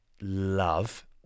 love